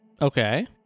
okay